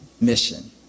mission